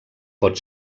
pot